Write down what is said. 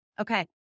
Okay